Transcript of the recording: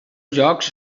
llocs